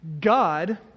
God